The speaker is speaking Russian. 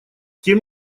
тем